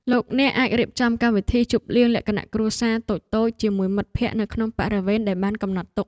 លោកអ្នកអាចរៀបចំកម្មវិធីជប់លៀងលក្ខណៈគ្រួសារតូចៗជាមួយមិត្តភក្តិនៅក្នុងបរិវេណដែលបានកំណត់ទុក។